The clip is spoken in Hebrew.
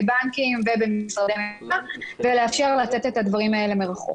בנקים ובמשרדי ממשלה ולאפשר לתת את הדברים האלה מרחוק.